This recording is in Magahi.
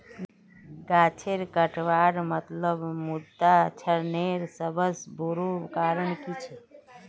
गाछेर कटवार मतलब मृदा क्षरनेर सबस बोरो कारण छिके